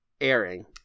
airing